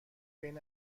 بین